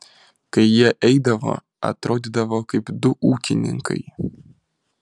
kai jie eidavo atrodydavo kaip du ūkininkai